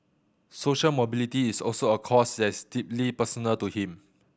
social mobility is also a cause that's deeply personal to him